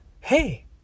hey